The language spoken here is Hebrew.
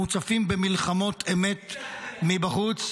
מוצפים במלחמות אמת מבחוץ,